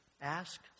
ask